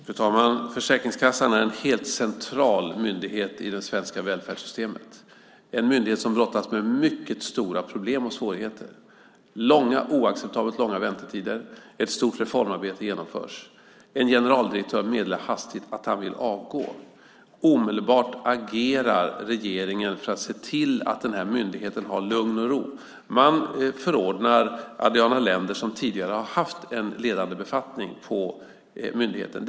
Fru talman! Försäkringskassan är en helt central myndighet i det svenska välfärdssystemet. Det är en myndighet som brottas med mycket stora problem och svårigheter, oacceptabelt långa väntetider och ett stort reformarbete genomförs. En generaldirektör meddelar hastigt att han vill avgå. Omedelbart agerar regeringen för att se till att myndigheten har lugn och ro. Man förordnar Adriana Lender som tidigare har haft en ledande befattning på myndigheten.